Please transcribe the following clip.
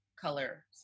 color